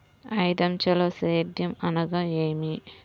ఐదంచెల సేద్యం అనగా నేమి?